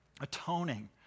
atoning